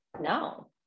No